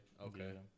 Okay